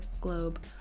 globe